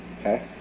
okay